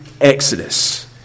exodus